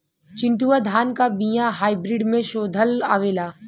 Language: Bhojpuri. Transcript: चिन्टूवा धान क बिया हाइब्रिड में शोधल आवेला?